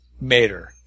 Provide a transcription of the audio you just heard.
Mater